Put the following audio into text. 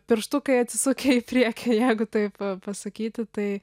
pirštukai atsisukę į priekį jeigu taip pasakyti tai